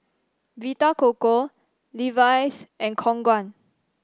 Vita Coco Levi's and Khong Guan